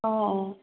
অঁ অঁ